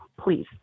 please